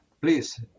Please